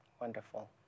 Wonderful